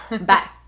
Bye